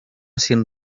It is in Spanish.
sin